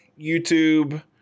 YouTube